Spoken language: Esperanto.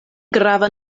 grava